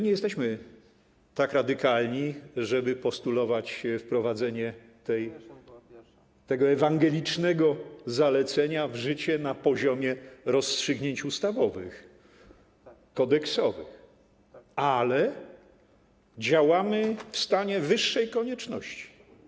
Nie jesteśmy tak radykalni, żeby postulować wprowadzenie tego ewangelicznego zalecenia w życie na poziomie rozstrzygnięć ustawowych, kodeksowych, ale działamy w stanie wyższej konieczności.